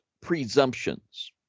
presumptions